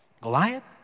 Goliath